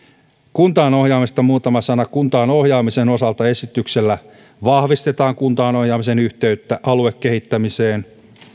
kuntaan ohjaamisesta muutama sana kuntaan ohjaamisen osalta esityksellä vahvistetaan kuntaan ohjaamisen yhteyttä aluekehittämiseen